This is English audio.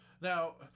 Now